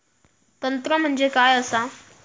तंत्र म्हणजे काय असा?